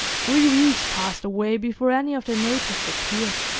three weeks passed away before any of the natives appeared,